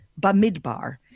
Bamidbar